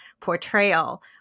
portrayal